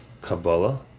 Kabbalah